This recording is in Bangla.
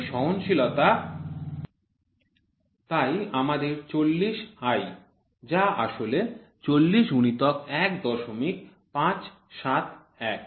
মৌলিক সহনশীলতা তাই আমাদের ৪০ i যা আসলে ৪০ গুণিতক ১৫৭১